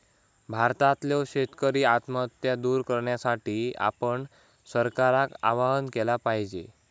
भारतातल्यो शेतकरी आत्महत्या दूर करण्यासाठी आपण सरकारका आवाहन केला पाहिजे